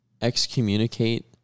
excommunicate